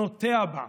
נוטע בה,